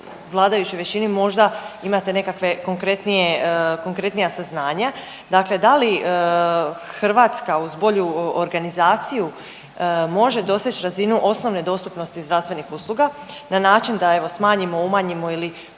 vladajućoj većini možda imate nekakve konkretnija saznanja. Dakle, da li Hrvatska uz bolju organizaciju može doseći razinu osnovne dostupnosti zdravstvenih usluga na način da evo smanjimo, umanjimo ili